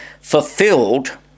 fulfilled